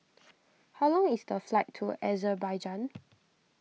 how long is the flight to a Azerbaijan